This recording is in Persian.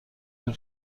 طول